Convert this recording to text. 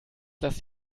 dass